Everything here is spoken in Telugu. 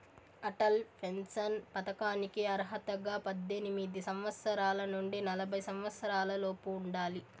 అటల్ పెన్షన్ పథకానికి అర్హతగా పద్దెనిమిది సంవత్సరాల నుండి నలభై సంవత్సరాలలోపు ఉండాలి